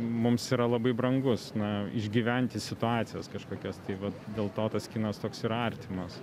mums yra labai brangus na išgyventi situacijas kažkokias tai vat dėl to tas kinas toks ir artimas